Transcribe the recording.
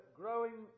growing